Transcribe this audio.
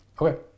Okay